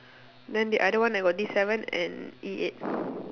then the other one I got D seven and E eight